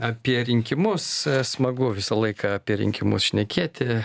apie rinkimus smagu visą laiką apie rinkimus šnekėti